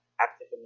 active